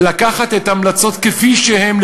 לקחת את ההמלצות כפי שהן,